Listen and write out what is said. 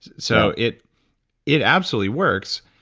so it it absolutely works.